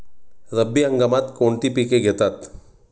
रब्बी हंगामात कोणती पिके घेतात?